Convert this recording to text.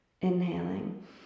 inhaling